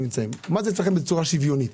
מה זה אצלכם צורה שוויונית?